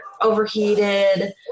overheated